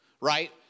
right